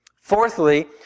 Fourthly